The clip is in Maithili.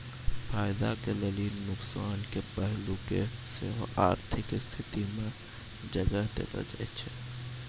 फायदा के लेली नुकसानो के पहलू के सेहो आर्थिक स्थिति मे जगह देलो जाय छै